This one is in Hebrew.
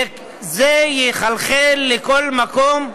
וזה יחלחל לכל מקום,